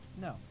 No